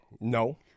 No